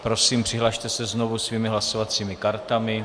Prosím, přihlaste se znovu svými hlasovacími kartami.